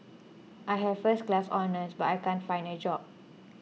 I have first class honours but I can't find a job